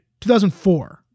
2004